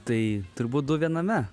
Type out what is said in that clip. tai turbūt du viename